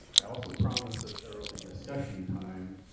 i also promise that there will be discussion time.